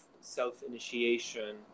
self-initiation